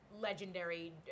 Legendary